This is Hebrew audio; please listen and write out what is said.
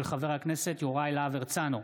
של חבר הכנסת יוראי להב הרצנו,